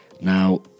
Now